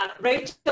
Rachel